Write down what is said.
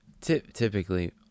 typically